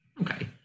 Okay